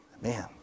Man